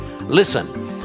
Listen